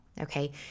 Okay